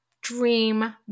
dream